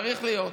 צריך להיות,